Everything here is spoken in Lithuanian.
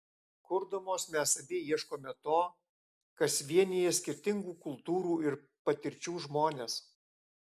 kurdamos mes abi ieškome to kas vienija skirtingų kultūrų ir patirčių žmones